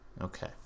Okay